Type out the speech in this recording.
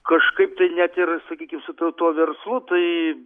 kažkaip tai net ir sakykim su tuo tuo verslu tai